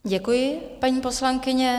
Děkuji, paní poslankyně.